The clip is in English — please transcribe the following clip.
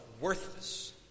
worthless